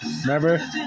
Remember